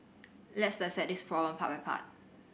let's dissect this problem part by part